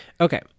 Okay